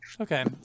Okay